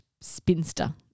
spinster